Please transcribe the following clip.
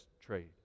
trade